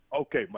Okay